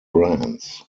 brands